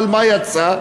אבל מה יצא?